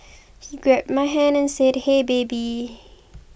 he grabbed my hand and said hey baby